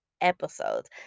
episodes